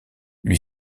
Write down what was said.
lui